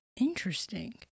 Interesting